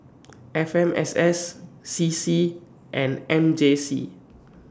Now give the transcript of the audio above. F M S S C C and M J C